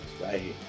right